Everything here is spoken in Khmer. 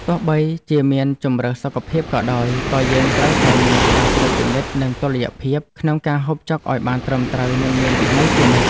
ទោះបីជាមានជម្រើសសុខភាពក៏ដោយក៏យើងត្រូវតែមានការត្រួតពិនិត្យនិងតុល្យភាពក្នុងការហូបចុកឲ្យបានត្រឹមត្រូវនិងមានវិន័យជានិច្ច។